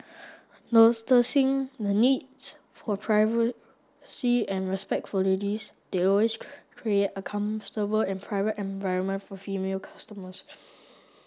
the needs for privacy and respect for ladies they always create a comfortable and private environment for female customers